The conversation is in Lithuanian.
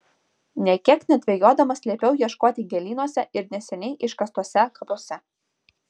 nė kiek nedvejodamas liepiau ieškoti gėlynuose ir neseniai iškastuose kapuose